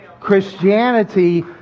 Christianity